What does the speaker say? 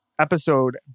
episode